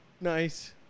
Nice